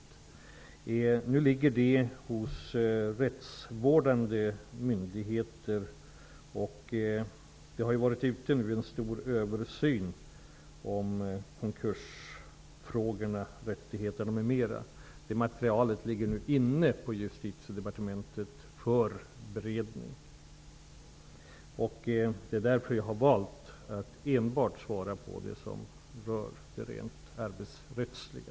Det är frågor som ligger hos rättsvårdande myndigheter. Det har nyligen gjorts en stor översyn om bl.a. konkurser och rättigheter. Det materialet ligger nu på Justitiedepartementet för beredning. Det är därför som jag har valt att enbart svara på det som rör det rent arbetsrättsliga.